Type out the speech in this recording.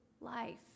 life